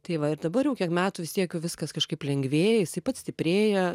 tai va ir dabar jau kiek metų vis tiek viskas kažkaip lengvėja jisai pats stiprėja